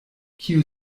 kiu